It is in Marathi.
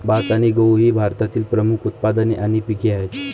भात आणि गहू ही भारतातील प्रमुख उत्पादने आणि पिके आहेत